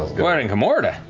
where, in kamordah?